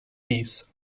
pis